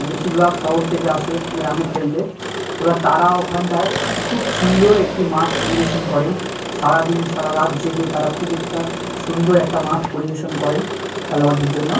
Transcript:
বেশিরভাগ শহর থেকে আসে গ্রামে খেলতে এবার তারা ওখানটায় খুব সুন্দর একটি মাঠ পরিবেশন করেন সারা দিন সারা রাত জেগে তারা খুব একটা সুন্দর একটা মাঠ পরিবেশন করেন খেলোয়াড়দের জন্য